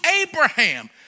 Abraham